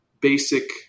basic